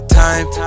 time